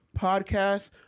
Podcast